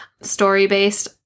story-based